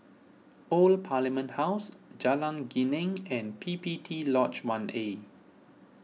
Old Parliament House Jalan Geneng and P P T Lodge one A